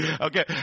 Okay